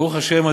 ברוך השם,